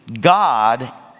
God